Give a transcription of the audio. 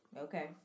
Okay